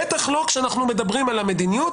בטח לא כשאנחנו מדברים על המדיניות,